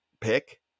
pick